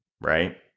right